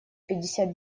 пятьдесят